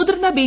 മുതിർന്ന ബി